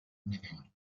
nadal